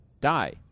Die